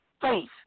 faith